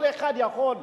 כל אחד יכול,